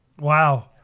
Wow